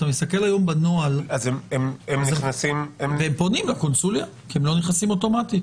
הם פונים לקונסוליה כי הם לא נכנסים אוטומטית.